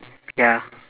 ya